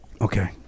Okay